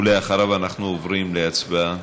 ואחריו אנחנו עוברים להצבעה.